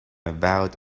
avowed